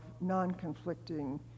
non-conflicting